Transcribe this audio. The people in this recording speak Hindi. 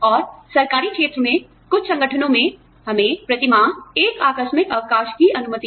और सरकारी क्षेत्र में कुछ संगठनों में हमें प्रति माह एक आकस्मिक अवकाश की अनुमति है